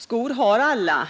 Skor har alla,